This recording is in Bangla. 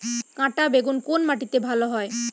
কাঁটা বেগুন কোন মাটিতে ভালো হয়?